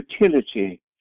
utility